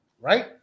right